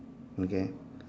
okay